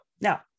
Now